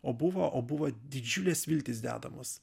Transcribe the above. o buvo o buvo didžiulės viltys dedamos